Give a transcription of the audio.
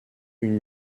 une